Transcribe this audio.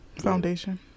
Foundation